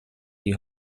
die